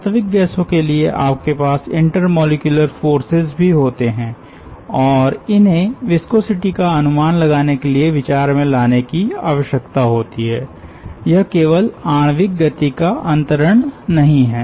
वास्तविक गैसों के लिए आपके पास इंटर मॉलिक्यूलर फोर्सेस भी होते हैं और इन्हे विस्कोसिटी का अनुमान लगाने के लिए विचार में लाने की आवश्यकता होती है यह केवल आणविक गति का अंतरण नहीं है